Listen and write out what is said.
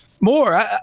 more